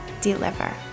deliver